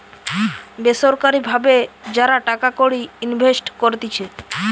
বেসরকারি ভাবে যারা টাকা কড়ি ইনভেস্ট করতিছে